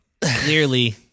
Clearly